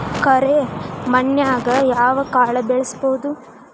ಕರೆ ಮಣ್ಣನ್ಯಾಗ್ ಯಾವ ಕಾಳ ಬೆಳ್ಸಬೋದು?